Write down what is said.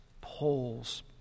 poles